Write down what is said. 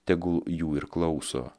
tegul jų ir klauso